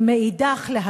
ומאידך גיסא,